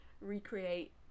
recreate